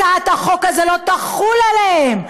הצעת החוק הזאת לא תחול עליהם.